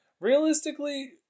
Realistically